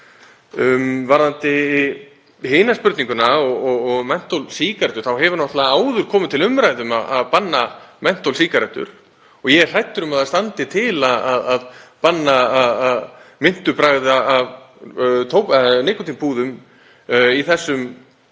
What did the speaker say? Varðandi hina spurninguna og mentólsígarettur hefur náttúrlega áður komið til umræðu að banna mentólsígarettur og ég er hræddur um að það standi til að banna að myntubragð af nikótínpúðum í þessu